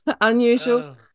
Unusual